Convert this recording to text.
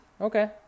Okay